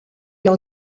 leur